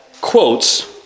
quotes